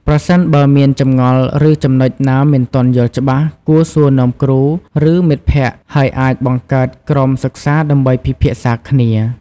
ប្រសិនបើមានចម្ងល់ ឬចំណុចណាមិនទាន់យល់ច្បាស់ គួរសួរនាំគ្រូ ឬមិត្តភក្តិ ហើយអាចបង្កើតក្រុមសិក្សាដើម្បីពិភាក្សាគ្នា។